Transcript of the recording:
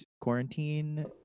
quarantine